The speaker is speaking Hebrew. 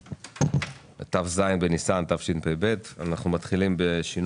ט"ז בסיון התשפ"ב ואנחנו מתחילים בנושא